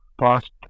past